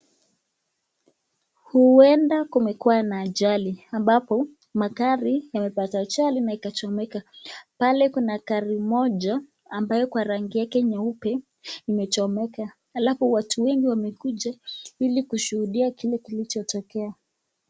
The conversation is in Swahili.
Huenda kumekuwa na ajali, ambapo magari yamepata ajali na ikachomeka. Pale kuna gari moja, ambayo kwa rangi yake nyeupe imechomeka. Alafu watu wengi wamekuja ili kushuhudia kile kilichotokea.